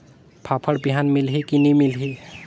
फाफण बिहान मिलही की नी मिलही?